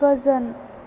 गोजोन